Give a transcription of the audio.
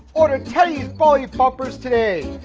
order teddy's ballie bumpers today.